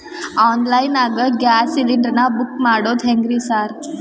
Online ನಾಗ gas cylinder ನಾ book ಮಾಡೋದ್ ಹೆಂಗ್ರಿ ಸಾರ್?